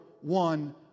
one